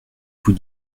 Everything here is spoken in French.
vous